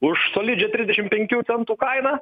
už solidžią trisdešim penkių centų kainą